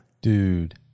Dude